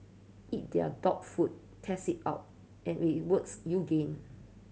eat their dog food test it out and if it works you gain